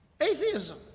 Atheism